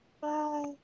Bye